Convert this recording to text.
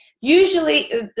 Usually